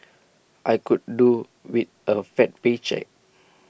I could do with A fat paycheck